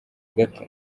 gato